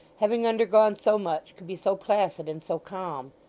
having undergone so much, could be so placid and so calm.